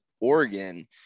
Oregon